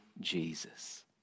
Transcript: Jesus